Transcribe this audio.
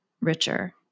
richer